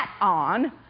on